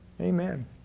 amen